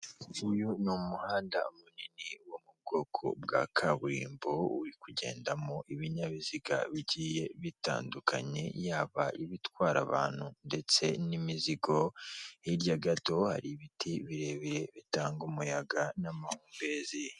Uyu ni umuhanda munini wo mu bwoko bwa kaburimbo uri kugendamo ibinyabiziga bigiye bitandukanye yaba ibitwara abantu ndetse n'imizigo, hiryaga do hari ibiti birebire bitanga umuyaga n'amahumbezi.